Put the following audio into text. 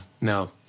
No